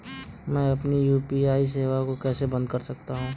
मैं अपनी यू.पी.आई सेवा को कैसे बंद कर सकता हूँ?